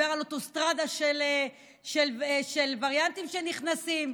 דיבר על אוטוסטרדה של וריאנטים שנכנסים.